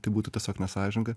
tai būtų tiesiog nesąžininga